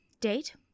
Date